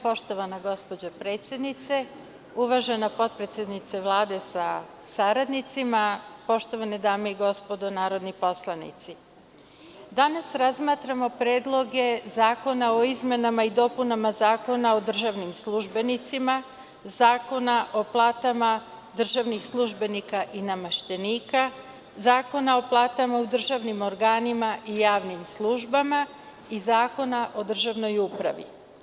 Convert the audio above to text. Poštovana gospođo predsednice, uvažena potpredsednice Vlade sa saradnicima, poštovane dame i gospodo narodni poslanici, danas razmatramo predloge zakona o izmenama i dopunama Zakona o državnim službenicima, Zakona o platama državnih službenika i nameštenika, Zakona o platama u državnim organima i javnim službama i Zakona o državnoj upravi.